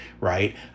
right